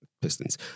Pistons